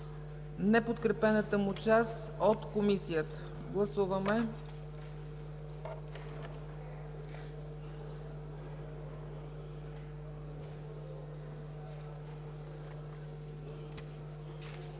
неподкрепената му част от Комисията. Гласуваме.